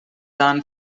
dann